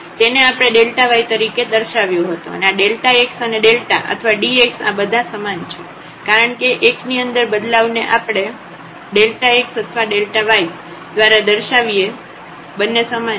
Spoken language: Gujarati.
તેથી તેને આપણે y તરીકે દર્શાવ્યો હતો અને આ x અને અથવા dx આ બધા સમાન છે કારણ કે xની અંદર બદલાવને આપણે x અથવા y દ્વારા દર્શાવીએ બંને સમાન જ છે